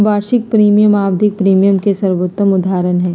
वार्षिक प्रीमियम आवधिक प्रीमियम के सर्वोत्तम उदहारण हई